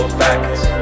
facts